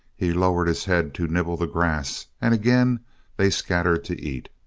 he lowered his head to nibble the grass and again they scattered to eat.